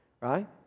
Right